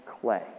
clay